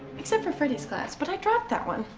except for freddie's class, but i dropped that one.